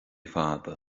fada